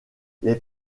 les